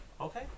Okay